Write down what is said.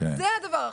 זה הדבר החשוב.